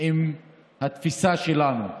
עם התפיסה שלנו.